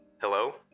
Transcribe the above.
Hello